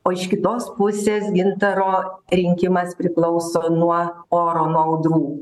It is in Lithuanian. o iš kitos pusės gintaro rinkimas priklauso nuo oro nuo audrų